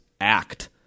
act